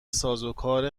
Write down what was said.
سازوکار